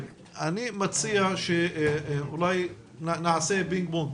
אני מציע שאולי נעשה פינג-פונג,